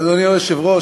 אדוני היושב-ראש,